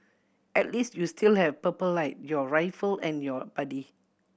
at least you still have Purple Light your rifle and your buddy